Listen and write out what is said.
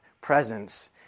presence